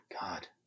God